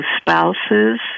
spouses